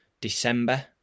December